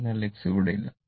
അതിനാൽ X അവിടെ ഇല്ല